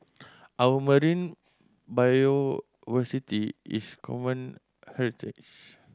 our marine b is common heritage